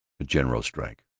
a general strike.